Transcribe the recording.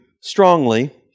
strongly